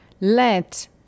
let